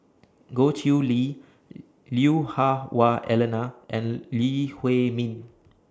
Goh Chiew Lye Lui Hah Wah Elena and Lee Huei Min